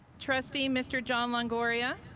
trustee, mr. john, longoria,